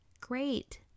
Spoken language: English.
great